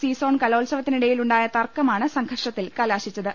C zone കലോത്സവത്തിനിട യിലുണ്ടായ തർക്കമാണ് സംഘർഷത്തിൽ കലാശിച്ചത്